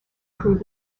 prove